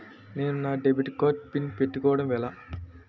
నేను నా debit card pin పెట్టుకోవడం ఎలా?